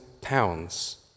pounds